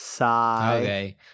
Okay